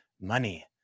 money